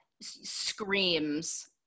screams